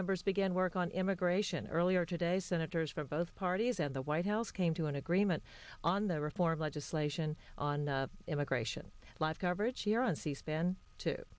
members began work on immigration earlier today senators from both parties and the white house came to an agreement on the reform legislation on the immigration live coverage here on c span t